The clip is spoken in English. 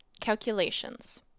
Calculations